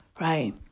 right